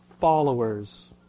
followers